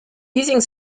using